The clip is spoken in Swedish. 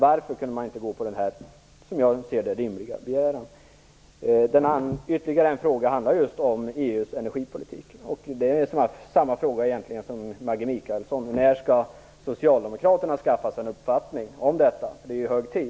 Varför kunde man inte tillmötesgå denna, som jag ser det, rimliga begäran? Ytterligare en fråga handlar om EU:s energipolitik. Det är egentligen samma fråga som Maggi Mikaelsson ställde: När skall Socialdemokraterna skaffa sig en uppfattning om detta? Det är hög tid.